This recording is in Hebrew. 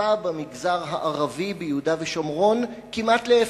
האכיפה במגזר הערבי ביהודה ושומרון כמעט לאפס.